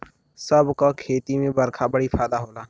सब क खेती में बरखा बड़ी फायदा होला